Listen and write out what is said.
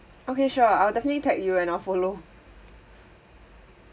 okay sure I'll definitely tag you and I'll follow